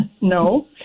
no